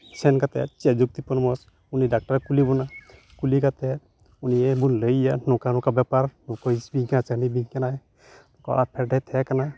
ᱥᱮᱱ ᱠᱟᱛᱮ ᱪᱮᱫ ᱡᱩᱠᱛᱤ ᱯᱚᱨᱟᱢᱚᱥ ᱩᱱᱤ ᱰᱟᱠᱴᱚᱨᱮ ᱠᱩᱞᱤ ᱵᱚᱱᱟ ᱠᱩᱞᱤ ᱠᱟᱛᱮ ᱩᱱᱤ ᱵᱚᱱ ᱞᱟᱹᱭᱟᱭᱟ ᱱᱚᱝᱠᱟ ᱱᱚᱝᱠᱟ ᱵᱮᱯᱟᱨ ᱚᱠᱚᱭ ᱦᱟ ᱥᱩᱭᱤᱧ ᱠᱟᱱᱟᱭ ᱠᱟᱱᱟᱭ ᱚᱠᱟ ᱯᱷᱮᱰ ᱨᱮᱭ ᱛᱟᱦᱮᱸ ᱠᱟᱱᱟ